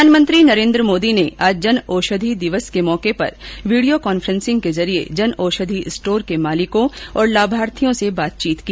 प्रधानमंत्री नरेन्द्र मोदी ने आज जनऔषधि दिवस के मौके पर वीडियो कांफ्रेंसिंग के जरिये जनऔषधि स्टोर के मालिकों और लाभार्थियों से बातचीत की